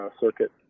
circuit